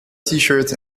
tshirt